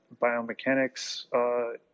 biomechanics